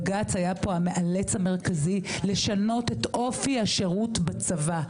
בג"צ היה פה המאלץ המרכזי לשנות את אופי השירות בצבא,